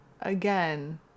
again